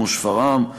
כמו שפרעם,